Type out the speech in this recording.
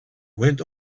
went